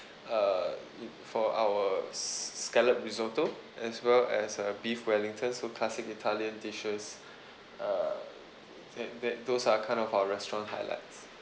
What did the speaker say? uh for our scallop risotto as well as a beef wellingtons so classic italian dishes uh that that those are kind of our restaurant highlights